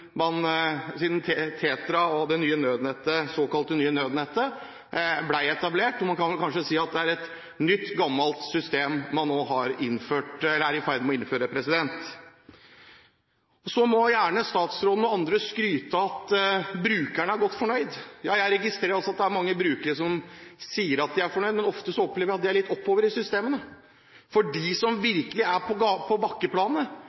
TETRA og det såkalt nye nødnettet ble etablert. Man kan vel kanskje si at det er et nytt gammelt system man nå er i ferd med å innføre. Så må gjerne statsråden og andre skryte av at brukerne er godt fornøyd. Ja, jeg registrerer at det er mange brukere som sier at de er fornøyd, men ofte opplever jeg at de er litt oppover i systemene. Fra dem som virkelig er på bakkeplanet,